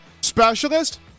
specialist